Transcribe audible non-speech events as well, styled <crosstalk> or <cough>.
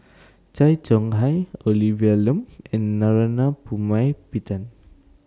<noise> Tay Chong Hai Olivia Lum and Narana Putumaippittan